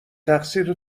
تقصیر